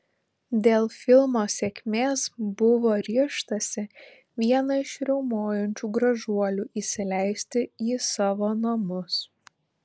dėl filmo sėkmės buvo ryžtasi vieną iš riaumojančių gražuolių įsileisti į savo namus